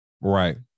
Right